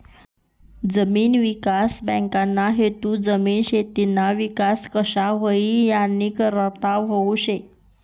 जमीन विकास बँकना हेतू जमीन, शेतीना विकास कशा व्हई यानीकरता हावू शे